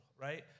right